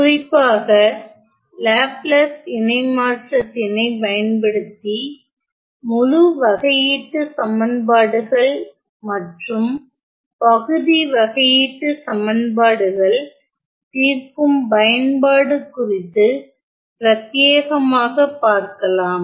குறிப்பாக லாப்லாஸ் இணை மாற்றத்தினை பயன்படுத்தி முழு வகையீட்டுச் சமன்பாடுகள் s மற்றும் பகுதி வகையீட்டுச் சமன்பாடுகள் தீர்க்கும் பயன்பாடு குறித்து பிரத்தியேகமாக பார்க்கலாம்